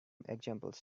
examples